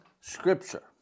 scripture